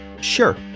Sure